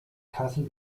kassel